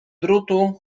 drutu